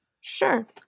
Sure